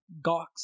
Gox